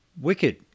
Wicked